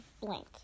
blank